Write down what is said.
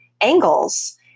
angles